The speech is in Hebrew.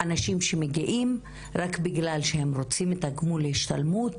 אני ראיתי אנשים שמגיעים רק בגלל שהם רוצים את גמול ההשתלמות